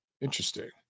Interesting